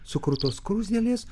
sukruto skruzdėlės